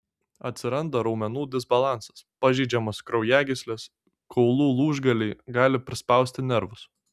atsiranda raumenų disbalansas pažeidžiamos kraujagyslės kaulų lūžgaliai gali prispausti nervus